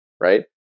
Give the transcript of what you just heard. right